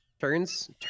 Turns